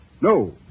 No